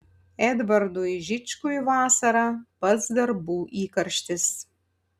edvardui žičkui vasara pats darbų įkarštis